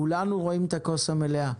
כולנו רואים את הכוס המלאה.